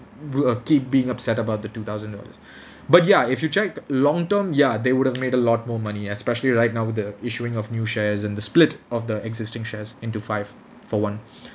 broo~ uh keep being upset about the two thousand dollars but ya if you check long term ya they would have made a lot more money especially right now with the issuing of new shares and the split of the existing shares into five for one